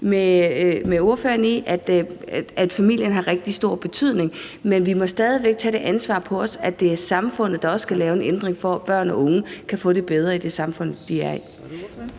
med ordføreren i, at familien har rigtig stor betydning, men vi må stadig væk tage det ansvar på os, at det er samfundet, der skal lave en ændring, for at børn og unge kan få det bedre i det samfund, de lever i.